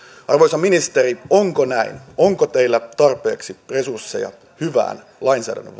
arvoisa ministeri onko näin onko teillä tarpeeksi resursseja hyvään lainsäädännön